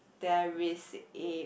there is a